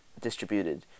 distributed